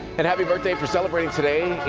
and happy birthday if you're celebrating today.